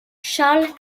charles